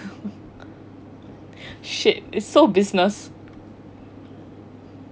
shit it's so business